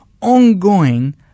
ongoing